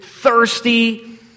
thirsty